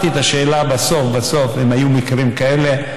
ושמעתי את השאלה בסוף בסוף, אם היו מקרים כאלה.